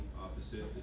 opposite